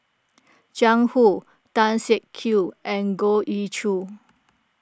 Jiang Hu Tan Siak Kew and Goh Ee Choo